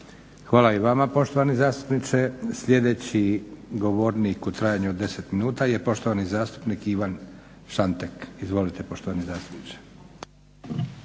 Hvala i vama poštovani zastupniče. Sljedeći govornik u trajanju od 10 minuta je poštovani zastupnik Ivan Šantek. Izvolite poštovani zastupniče.